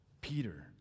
Peter